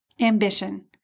Ambition